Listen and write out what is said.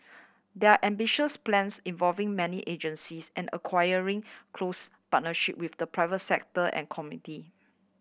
there are ambitious plans involving many agencies and requiring close partnership with the private sector and community